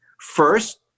First